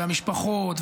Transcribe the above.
המשפחות,